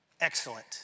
excellent